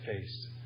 face